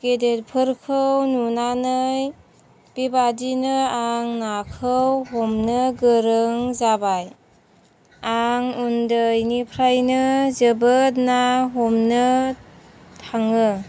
गेदेरफोरखौ नुनानै बेबादिनो आं नाखौ हमनो गोरों जाबाय आं उन्दैनिफ्रायनो जोबोद ना हमनो थाङो